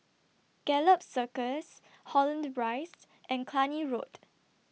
Gallop Circus Holland Rise and Cluny Road